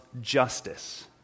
justice